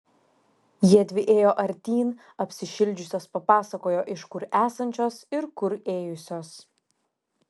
jiedvi ėjo artyn apsišildžiusios papasakojo iš kur esančios ir kur ėjusios